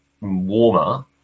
warmer